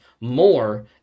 more